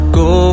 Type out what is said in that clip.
go